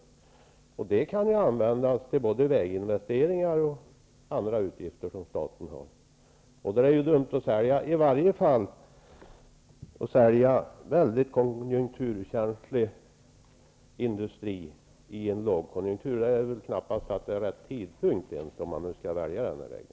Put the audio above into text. Och de vinsterna kan ju användas till både väginvesteringar och andra utgifter som staten har. Då är det dumt att sälja -- i varje fall sälja mycket konjunkturkänslig industri i en lågkonjunktur. Det är väl knappast rätt tidpunkt om man nu skall välja den här vägen.